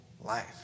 life